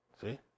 See